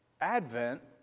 Advent